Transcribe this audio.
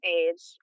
age